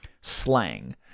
Slang